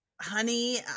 honey